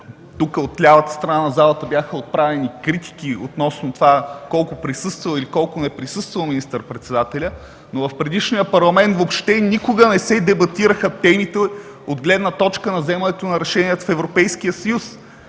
тук, от лявата страна на залата, бяха отправени критики относно това колко присъствал и колко не присъствал министър-председателят, но в предишния Парламент въобще никога не се дебатираха темите от гледна точка на вземането на решения в Европейския съюз.